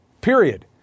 period